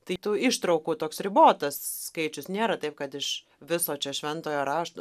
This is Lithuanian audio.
tai tų ištraukų toks ribotas skaičius nėra taip kad iš viso čia šventojo rašto